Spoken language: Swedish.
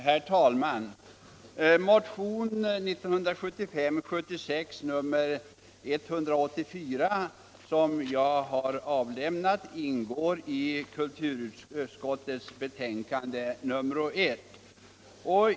Herr talman! Motionen nr 1975 77:1.